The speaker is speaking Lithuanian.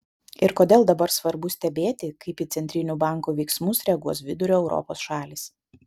ir kodėl dabar svarbu stebėti kaip į centrinių bankų veiksmus reaguos vidurio europos šalys